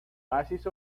oasis